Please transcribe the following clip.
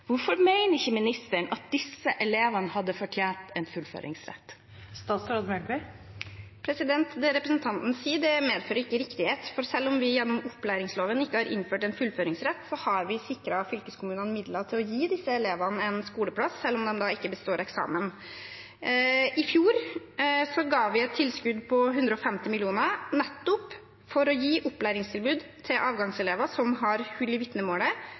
Hvorfor mener ikke ministeren at disse elevene hadde fortjent en fullføringsrett? Det representanten sier, medfører ikke riktighet, for selv om vi gjennom opplæringsloven ikke har innført fullføringsrett, har vi sikret fylkeskommunene midler til å gi disse elevene skoleplass selv om de ikke består eksamen. I fjor ga vi et tilskudd på 150 mill. kr nettopp for å gi opplæringstilbud til avgangselever som har hull i vitnemålet.